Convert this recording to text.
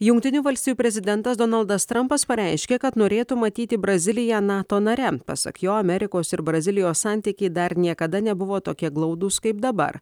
jungtinių valstijų prezidentas donaldas trampas pareiškė kad norėtų matyti braziliją nato nare pasak jo amerikos ir brazilijos santykiai dar niekada nebuvo tokie glaudūs kaip dabar